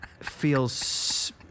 feels